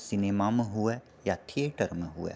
सिनेमामे हुए या थियेटरमे हुए